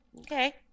Okay